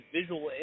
visual